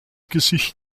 gesicht